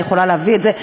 אני יכולה להביא את זה,